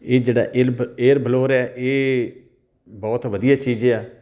ਇਹ ਜਿਹੜਾ ਏਲ ਏਅਰ ਬਲੋਰ ਹੈ ਇਹ ਬਹੁਤ ਵਧੀਆ ਚੀਜ਼ ਆ